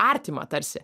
artima tarsi